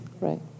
Right